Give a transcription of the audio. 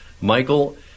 Michael